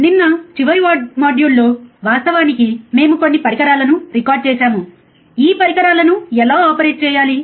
నిన్న చివరి మాడ్యూల్లో వాస్తవానికి మేము కొన్ని పరికరాలను రికార్డ్ చేసాము ఈ పరికరాలను ఎలా ఆపరేట్ చేయాలి